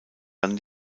dann